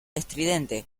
estridente